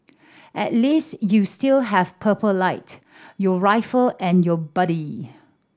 at least you still have Purple Light your rifle and your buddy